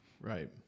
Right